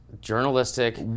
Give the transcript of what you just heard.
journalistic